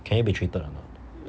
can it be treated or not